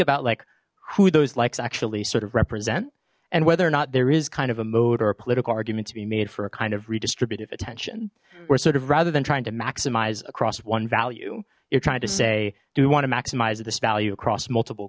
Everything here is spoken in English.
about like who those likes actually sort of represent and whether or not there is kind of a mode or a political argument to be made for a kind of redistributed attention we're sort of rather than trying to maximize across one value you're trying to say do we want to maximize this value across multiple